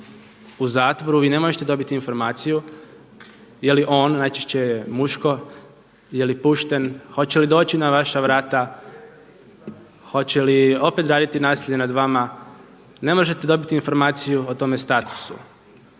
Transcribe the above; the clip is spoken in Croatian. u zatvoru vi ne možete dobiti informaciju je li on, najčešće je muško, je li pušten, hoće li doći na vaša vrata, hoće li opet raditi nasilje nad vama, ne možete dobiti informaciju o tome statusu.